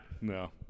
No